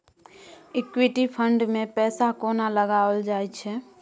Equity fund मे पैसा कोना लगाओल जाय छै?